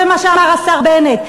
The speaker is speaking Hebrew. זה מה שאמר השר בנט,